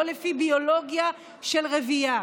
לא לפי ביולוגיה של רבייה.